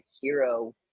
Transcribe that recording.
hero